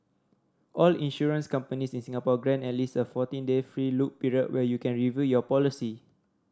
all insurance companies in Singapore grant at least a fourteen day free look period where you can review your policy